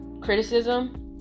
criticism